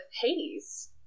Hades